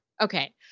okay